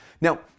Now